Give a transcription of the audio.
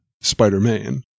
Spider-Man